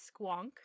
Squonk